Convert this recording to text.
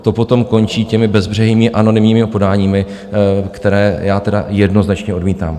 To potom končí těmi bezbřehými anonymními podáními, která já tedy jednoznačně odmítám.